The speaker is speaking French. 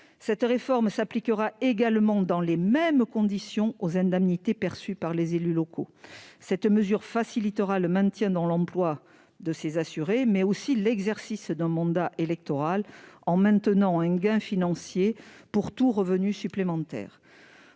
Cette réforme s'appliquera également dans les mêmes conditions aux indemnités perçues par les élus locaux. Elle facilitera le maintien dans l'emploi de ses assurés, mais aussi l'exercice d'un mandat électoral en maintenant un gain financier pour tout revenu supplémentaire.